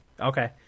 okay